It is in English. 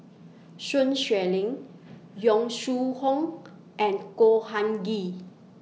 Sun Xueling Yong Shu Hoong and Khor Han Ghee